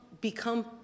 become